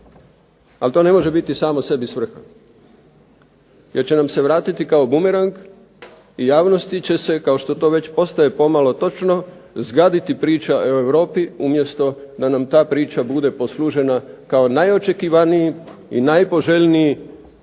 ali to ne može biti samo sebi svrha jer će nam se vratiti kao bumerang i javnosti će se, kao što to već postaje pomalo točno, zgaditi priča o Europi umjesto da nam ta priča bude poslužena kao najočekivaniji i najpoželjniji